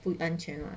不安全 [what]